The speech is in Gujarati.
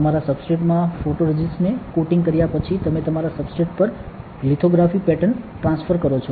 તમારા સબસ્ટ્રેટ માં ફોટોરેઝિસ્ટને કોટિંગ કર્યા પછી તમે તમારા સબસ્ટ્રેટ પર લિથોગ્રાફી પેટર્ન ટ્રાન્સફર કરો છો